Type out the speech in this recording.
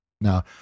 Now